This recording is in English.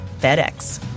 FedEx